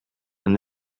and